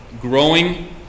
growing